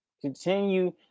Continue